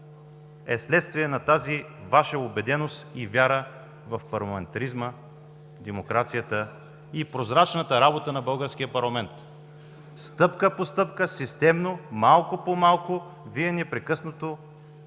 е вследствие на тази Ваша убеденост и вяра в парламентаризма, в демокрацията и прозрачната работа на българския парламент? Стъпка по стъпка, системно, малко по малко Вие непрекъснато